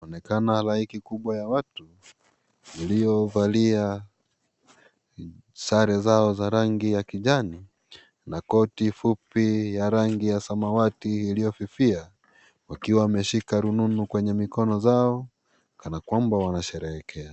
Inaonekana halaiki kubwa ya watu iliyovalia sare zao za rangi yaa kijani na koti fupi ya rangi ya samawati iliyofifia wakiwa wameshika rununu kwenye mikono zao kana kwamba wanasherehekea.